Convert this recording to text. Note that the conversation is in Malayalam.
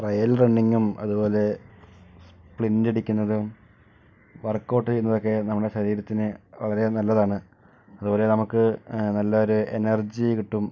ട്രയൽ റണ്ണിങ്ങും അതുപോലെ പ്ലിൻ്റടിക്കുന്നതും വർക്കൗട്ട് ചെയ്യുന്നതും ഒക്കെ നമ്മുടെ ശരീരത്തിന് വളരെ നല്ലതാണ് അതുപോലെ നമുക്ക് നല്ല ഒരു എനർജി കിട്ടും